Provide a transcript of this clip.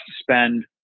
spend